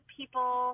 people